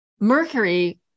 Mercury